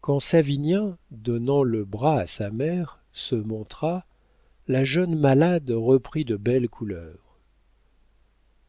quand savinien donnant le bras à sa mère se montra la jeune malade reprit de belles couleurs